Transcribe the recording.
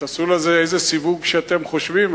תעשו לזה איזה סיווג שאתם רוצים,